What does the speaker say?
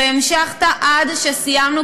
והמשכת עד שסיימנו,